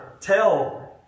tell